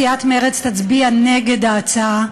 סיעת מרצ תצביע נגד ההצעה.